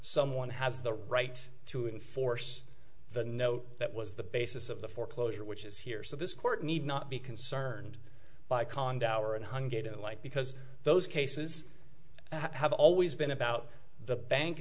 someone has the right to enforce the note that was the basis of the foreclosure which is here so this court need not be concerned by cond hour and hung get a light because those cases have always been about the bank